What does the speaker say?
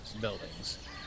buildings